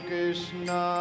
Krishna